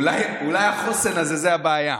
אולי החוסן הזה הוא הבעיה.